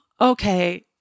okay